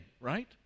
right